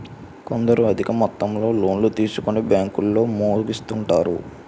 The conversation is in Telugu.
కొందరు అధిక మొత్తంలో లోన్లు తీసుకొని బ్యాంకుల్లో మోసగిస్తుంటారు